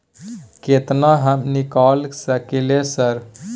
केतना हम निकाल सकलियै सर?